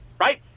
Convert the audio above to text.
right